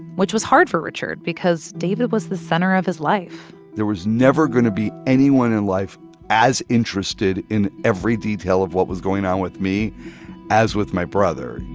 which was hard for richard because david was the center of his life there was never going to be anyone in life as interested in every detail of what was going on with me as with my brother